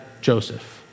Joseph